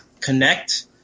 connect